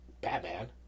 Batman